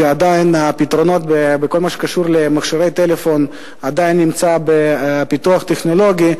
שעדיין הפתרונות בכל מה שקשור למכשירי טלפון נמצאים בפיתוח טכנולוגי,